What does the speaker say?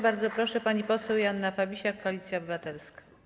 Bardzo proszę, pani poseł Joanna Fabisiak, Koalicja Obywatelska.